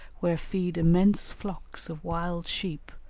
where feed immense flocks of wild sheep,